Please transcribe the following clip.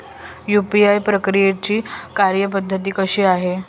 UPI प्रक्रियेची कार्यपद्धती कशी आहे?